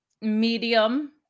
medium